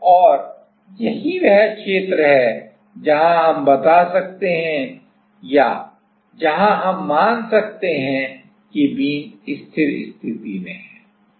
और यही वह क्षेत्र है जहां हम बता सकते हैं या जहां हम मान सकते हैं कि बीम स्थिर स्थिति में है